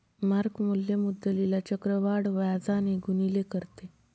mark मूल्य मुद्दलीला चक्रवाढ व्याजाने गुणिले करते